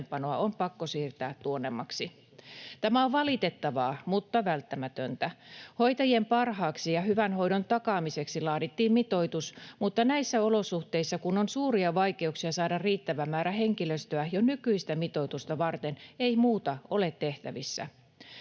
on pakko siirtää tuonnemmaksi. Tämä on valitettavaa, mutta välttämätöntä. Hoitajien parhaaksi ja hyvän hoidon takaamiseksi laadittiin mitoitus, mutta näissä olosuhteissa, kun on suuria vaikeuksia saada riittävä määrä henkilöstöä jo nykyistä mitoitusta varten, ei muuta ole tehtävissä.